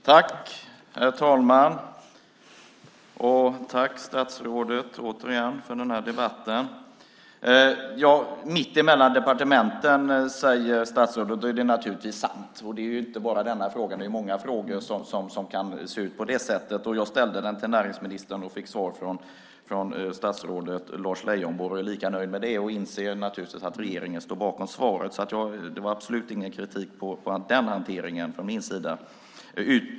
Herr talman! Tack återigen för den här debatten, statsrådet! Det här faller mitt emellan departementen, säger statsrådet, och det är naturligtvis sant. Det gäller ju inte bara den här frågan utan även många andra frågor. Jag ställde den till näringsministern och fick svar från statsrådet Lars Leijonborg och är lika nöjd med det. Jag inser naturligtvis att regeringen står bakom svaret. Det var alltså absolut ingen kritik på den hanteringen från min sida.